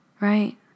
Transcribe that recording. Right